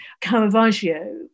Caravaggio